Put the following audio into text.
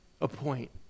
appoint